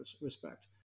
respect